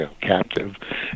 captive